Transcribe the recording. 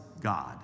God